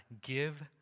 give